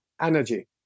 energy